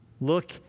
look